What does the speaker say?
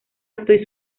estoy